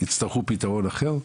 יצטרכו פתרון אחר.